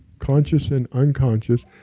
conscious and unconscious.